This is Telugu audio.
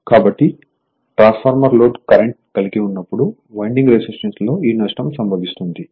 కాబట్టి ట్రాన్స్ఫార్మర్ లోడ్ కరెంట్ కలిగి ఉన్నప్పుడు వైండింగ్ రెసిస్టెన్స్ లో ఈ నష్టం సంభవిస్తుంది